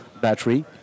battery